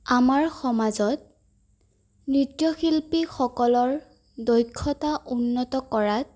আমাৰ সমাজত নৃত্যশিল্পীসকলৰ দক্ষতা উন্নত কৰাত